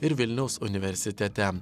ir vilniaus universitete